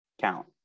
count